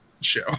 show